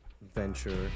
venture